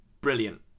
brilliant